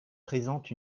présente